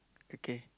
okay